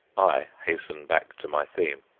i hasten back to my theme.